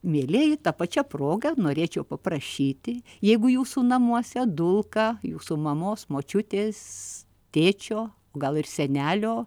mielieji ta pačia proga norėčiau paprašyti jeigu jūsų namuose dulka jūsų mamos močiutės tėčio o gal ir senelio